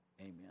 Amen